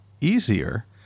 easier